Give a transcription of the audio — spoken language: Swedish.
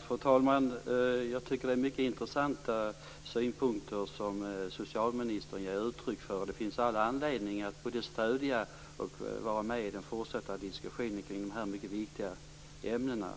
Fru talman! Jag tycker att det är mycket intressanta synpunkter som socialministern ger uttryck för. Det finns all anledning att både stödja och vara med i den fortsatta diskussionen kring de här mycket viktiga ämnena.